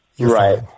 Right